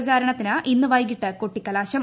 പ്രചാരണത്തിന് ഇന്ന് പ്ലൈകിട്ട് കൊട്ടിക്കലാശം